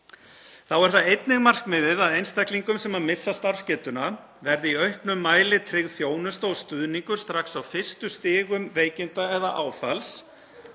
Þá er það einnig markmiðið að einstaklingum sem missa starfsgetuna verði í auknum mæli tryggð þjónusta og stuðningur strax á fyrstu stigum veikinda eða áfalls